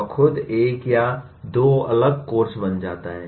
वह खुद एक या दो अलग कोर्स बन जाता है